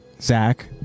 Zach